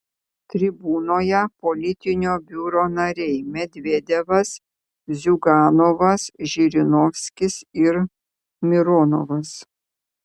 tribūnoje politinio biuro nariai medvedevas ziuganovas žirinovskis ir mironovas